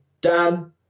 Dan